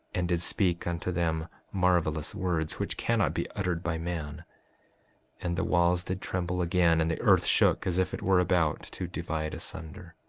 and did speak unto them marvelous words which cannot be uttered by man and the walls did tremble again, and the earth shook as if it were about to divide asunder.